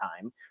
time